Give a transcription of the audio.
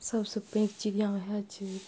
सबसऽ पैघ चिड़िआ वहए छै